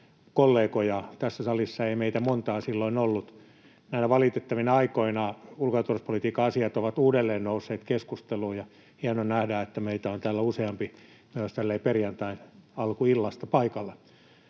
kollegoja, tässä salissa ei meitä montaa silloin ollut. Näinä valitettavina aikoina ulko- ja turvallisuuspolitiikan asiat ovat uudelleen nousseet keskusteluun, ja on hieno nähdä, että meitä on täällä useampi myös näin perjantain alkuillasta paikalla.